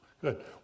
Good